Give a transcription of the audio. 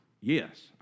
yes